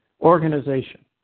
organization